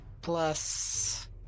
plus